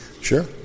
Sure